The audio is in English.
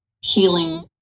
healing